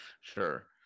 sure